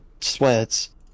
sweats